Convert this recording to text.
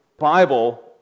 bible